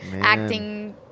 acting